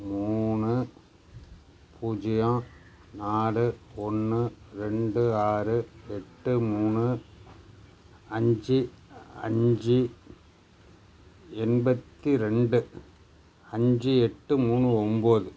மூணு பூஜ்ஜியம் நாலு ஒன்று ரெண்டு ஆறு எட்டு மூணு அஞ்சு அஞ்சு எண்பத்தி ரெண்டு அஞ்சு எட்டு மூணு ஒன்போது